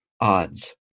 odds